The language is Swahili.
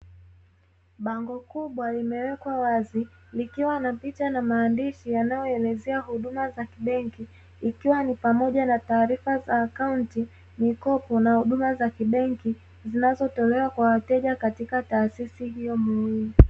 Bango kubwa limewekwa wazi likiwa na picha na maandishi yanayoelezea huduma za kibenki, ikiwa ni pamoja na taarifa za akaunti, mikopo na huduma za kibenki zinazotolewa kwa wateja katika taasisi hiyo muhimu.